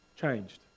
changed